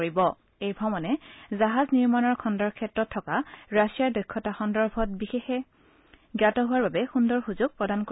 শ্ৰীমোডীয়ে কয় যে এই ভ্ৰমণে জাহাজ নিৰ্মাণৰ খণ্ডৰ ক্ষেত্ৰত থকা ৰাছিয়াৰ দক্ষতা সন্দৰ্ভত বিষয়ে জ্ঞাত হোৱাৰ বাবে সুন্দৰ সুযোগ প্ৰদান কৰিব